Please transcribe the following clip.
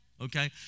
okay